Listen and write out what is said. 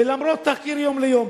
ולמרות תחקיר "יום ליום",